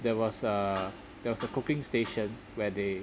there was uh there was a cooking station where they